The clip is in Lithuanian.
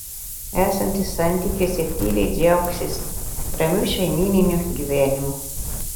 esantys santykiuose tyliai džiaugsis ramiu šeimyniniu gyvenimu